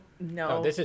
no